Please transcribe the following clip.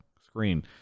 screen